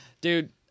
Dude